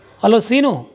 hello Seenu